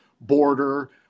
border